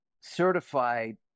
certified